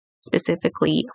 specifically